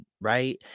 right